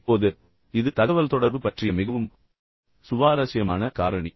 இப்போது இது தகவல்தொடர்பு பற்றிய மிகவும் சுவாரஸ்யமான காரணி